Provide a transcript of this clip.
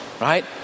Right